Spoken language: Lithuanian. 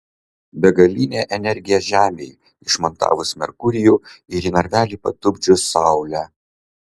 begalinė energija žemei išmontavus merkurijų ir į narvelį patupdžius saulę